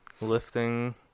lifting